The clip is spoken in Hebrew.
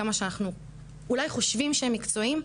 כמה שאנחנו אולי חושבים שהם מקצועיים.